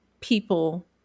people